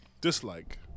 dislike